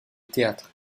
théâtre